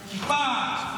כיפה,